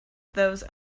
those